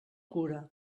cura